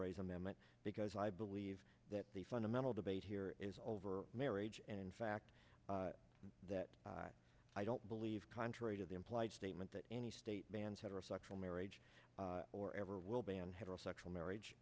raising them because i believe that the fundamental debate here is over marriage and in fact that i don't believe contrary to the implied statement that any state bans heterosexual marriage or ever will ban heterosexual marriage